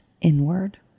inward